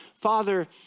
Father